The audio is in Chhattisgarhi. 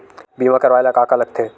बीमा करवाय ला का का लगथे?